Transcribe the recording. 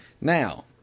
Now